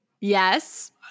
Yes